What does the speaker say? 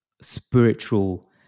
spiritual